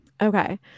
Okay